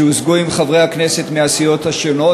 שהושגו עם חברי הכנסת מהסיעות השונות,